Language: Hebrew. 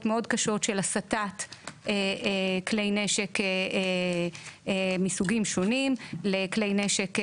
קשות מאוד של הסטת כלי נשק מסוגים שונים לכלי נשק מסוכנים.